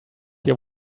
your